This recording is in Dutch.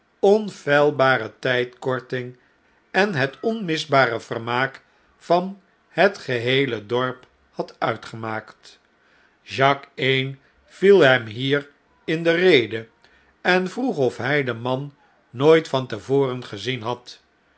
onfeilbare tijdkorting en het onmisbare vermaak van het geneele dorp had uitgemaakt jacques een viel hem hier in de rede en vroeg of hjj den man nooit van te voren gezien had